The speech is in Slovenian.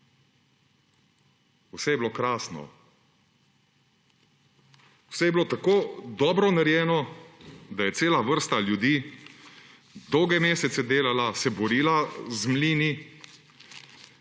Vse je bilo krasno. Vse je bilo tako dobro narejeno, da je cela vrsta ljudi dolge mesece delala, se borila z mlini